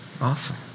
Awesome